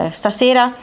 stasera